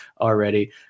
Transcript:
already